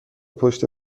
پشت